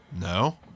no